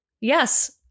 Yes